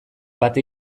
bat